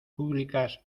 públicas